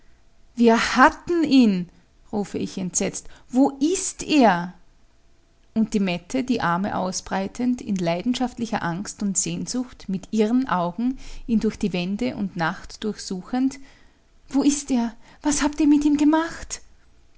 wir hatten ihn rufe ich entsetzt wo ist er und die mette die arme ausbreitend in leidenschaftlicher angst und sehnsucht mit irren augen ihn durch die wände und nacht durch suchend wo ist er was habt ihr mit ihm gemacht